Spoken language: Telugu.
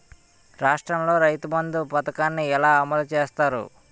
రాష్ట్రంలో రైతుబంధు పథకాన్ని ఎలా అమలు చేస్తారు?